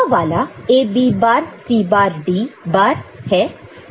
यह वाला A B bar C bar D bar है